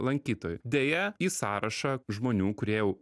lankytojų deja į sąrašą žmonių kurie jau